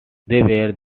they